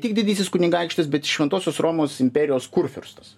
tik didysis kunigaikštis bet šventosios romos imperijos kurfiurstas